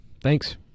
Thanks